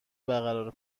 برقرار